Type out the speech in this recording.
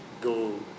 go